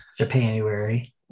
Japanuary